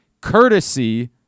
courtesy